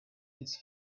its